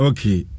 Okay